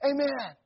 Amen